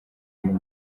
uyu